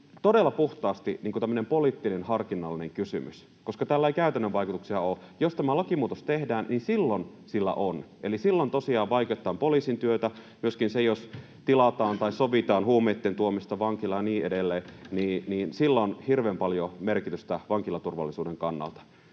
todella puhtaasti tämmöinen poliittinen harkinnallinen kysymys, koska tällä ei käytännön vaikutuksia ole. Jos tämä lakimuutos tehdään, niin silloin sillä on, eli silloin tosiaan vaikeutetaan poliisin työtä, ja myöskin sillä, jos tilataan tai sovitaan huumeitten tuomista vankilaan ja niin edelleen, on hirveän paljon merkitystä vankilaturvallisuuden kannalta.